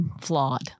flawed